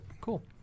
Cool